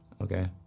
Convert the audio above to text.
okay